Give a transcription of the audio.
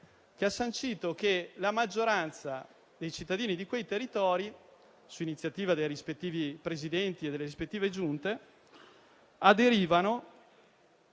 che ha sancito che la maggioranza dei cittadini di quei territori, su iniziativa dei rispettivi Presidenti e delle rispettive Giunte, aderiva